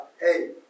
hey